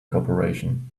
corporation